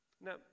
Now